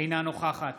אינה נוכחת